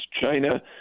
China